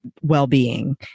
well-being